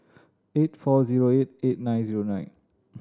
eight four zero eight eight nine zero nine